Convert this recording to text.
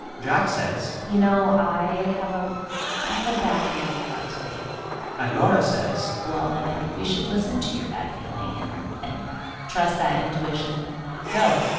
jack says. you know, i have a i have a bad feeling about today and laura says. well, then, i think we should listen to your bad feeling and and trust that intuition and not go